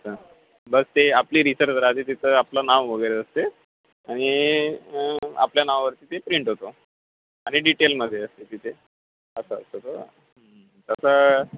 अच्छा बस ते आपली रिसर्च राहते तिथं आपलं नाव वगैरे असते आणि आपल्या नावावरती ते प्रिंट होतो आणि डिटेलमध्ये असते तिथे असं असं होतं तसं